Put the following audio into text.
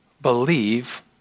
believe